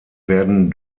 werden